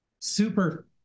super